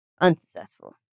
unsuccessful